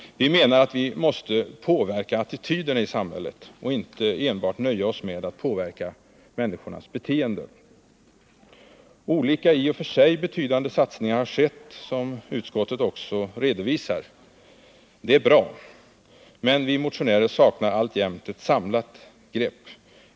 Vi menar att vi måste påverka attityderna i samhället och inte enbart nöja oss med att påverka människornas beteende. Olika —i och för sig betydande — satsningar har skett, vilket utskottet också redovisar. Det är bra. Men vi motionärer saknar alltjämt ett samlat grepp från utskottets sida.